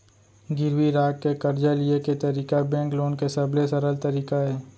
गिरवी राख के करजा लिये के तरीका बेंक लोन के सबले सरल तरीका अय